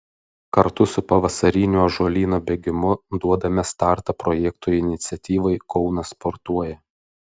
kartu su pavasariniu ąžuolyno bėgimu duodame startą projektui iniciatyvai kaunas sportuoja